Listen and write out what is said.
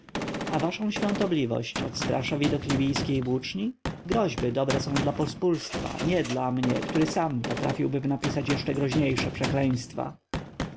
a waszą świątobliwość odstrasza widok libijskiej włóczni groźby dobre są dla pospólstwa nie dla mnie który sam potrafiłbym napisać jeszcze groźniejsze przekleństwa